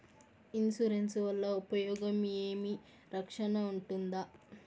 Insurance వల్ల ఉపయోగం ఏమి? రక్షణ ఉంటుందా?